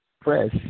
press